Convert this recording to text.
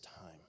time